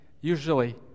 Usually